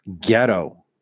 ghetto